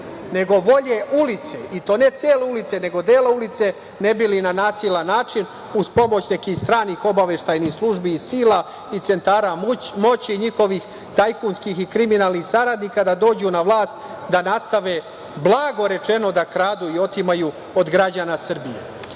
nego volje ulice, i to ne cele ulice, nego dela ulice ne bi li na nasilan način, uz pomoć nekih stranih obaveštajnih službi i sila i centara moći njihovih, tajkunskih i kriminalnih saradnika, došli na vlast i nastave, blago rečeno, da kradu i otimaju od građana Srbije. Šta